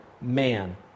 man